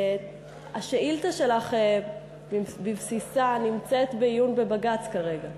השאילתה שלך בבסיסה נמצאת בעיון בבג"ץ כרגע.